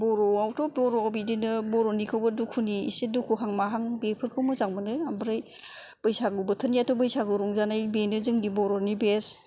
बर'आवथ' बर' बिदिनो बर'निखौबो दुखुनि एसे दुखुहां माहां बेफोरखौ मोजां मोनो ओमफ्राय बैसागु बोथोरनिआथ' बैसागु रंजानाय बेनो जोंनि बर'नि बेस्त